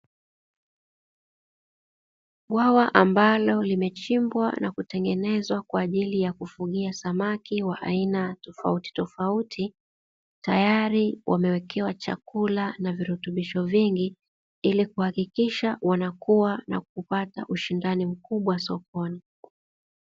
Bwawa ambalo limechimbwa na kutegenezwa kwa ajili ha kufugia samaki wa aina tofautitofauti, tayari wamewekewa chakula na virutubisho vingi, ili kuhakikisha wanakua na kupata ushindani mkubwa sokoni.